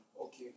Okay